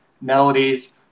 melodies